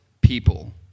people